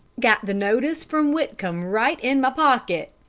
got the notice from whitcomb right in my pocket.